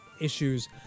issues